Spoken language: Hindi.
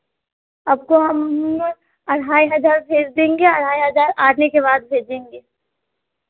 आपको हम और ढाई हज़ार भेज देंगे और ढाई हज़ार आने के बाद भेजेंगे